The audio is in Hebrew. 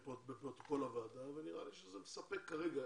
בפרוטוקול הישיבה ונראה לי שזה מספק כרגע.